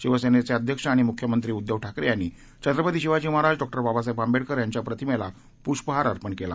शिवसेनेचे अध्यक्ष आणि मुख्यमंत्री उद्घव ठाकरे यांनी छत्रपती शिवाजी महाराज डॉ बाबासाहेब आंबेडकर यांच्या प्रतिमेला पुष्पहार अर्पण केला